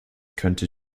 könnte